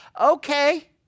okay